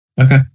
Okay